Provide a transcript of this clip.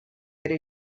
ere